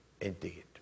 indeed